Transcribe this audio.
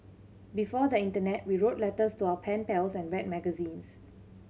before the internet we wrote letters to our pen pals and read magazines